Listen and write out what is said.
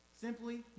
simply